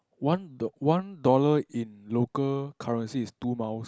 one do~ one dollar in local currency is two miles